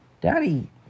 Daddy